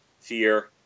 fear